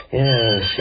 yes